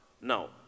now